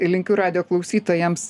linkiu radijo klausytojams